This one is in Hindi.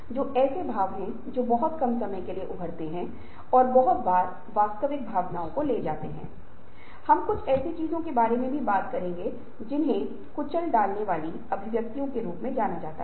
इसलिए संगठन को खुली शिक्षा प्रणाली होना चाहिए यह बाहरी वातावरण से जानकारी की व्याख्या और प्रक्रिया कर सकता है और यह परिवर्तन की पहल के लिए जा सकता है